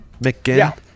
McGinn